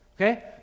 Okay